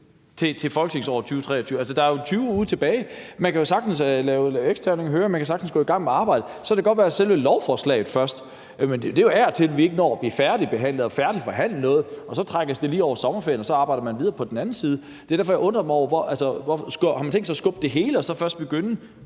til folketingsåret 2023-24. Der er jo 20 uger tilbage. Man kan jo sagtens lave eksterne høringer; man kan sagtens gå i gang med arbejdet. Så kan det godt være, at selve lovforslaget først kommer senere. Af og til når vi jo ikke at færdigforhandle noget, og så trækkes det lige hen over sommerferien, og så arbejder man videre på den anden side. Det er derfor, jeg undrer mig over, om man har tænkt sig at skubbe det hele og så først begynde